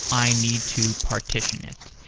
i need to partition it,